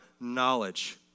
knowledge